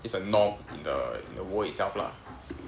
it's a norm in the in the world itself lah